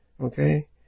Okay